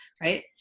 right